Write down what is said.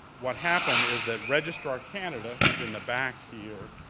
what happened is that registrar canada, who is in the back here,